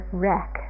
wreck